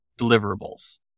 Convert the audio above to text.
deliverables